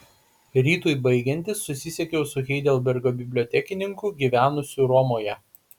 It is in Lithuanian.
rytui baigiantis susisiekiau su heidelbergo bibliotekininku gyvenusiu romoje